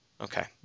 Okay